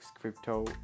Crypto